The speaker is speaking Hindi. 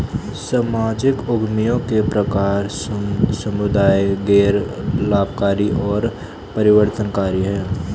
सामाजिक उद्यमियों के प्रकार समुदाय, गैर लाभकारी और परिवर्तनकारी हैं